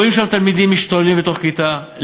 רואים שם תלמידים משתוללים בתוך כיתה,